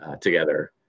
together